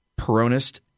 Peronist